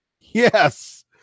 Yes